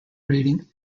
rating